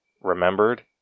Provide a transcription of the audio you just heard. remembered